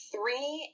Three